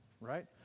right